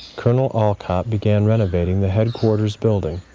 colonel olcott began renovating the headquarters building,